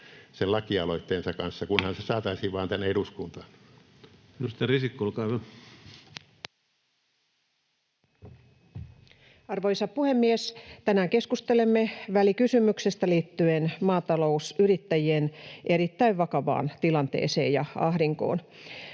turvaamisesta tulevaisuudessa Time: 17:48 Content: Arvoisa puhemies! Tänään keskustelemme välikysymyksestä liittyen maatalousyrittäjien erittäin vakavaan tilanteeseen ja ahdinkoon.